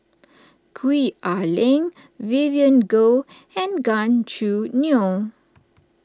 Gwee Ah Leng Vivien Goh and Gan Choo Neo